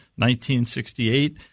1968